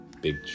Big